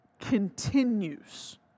continues